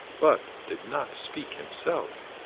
but did not speak himself.